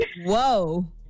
Whoa